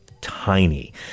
tiny